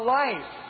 life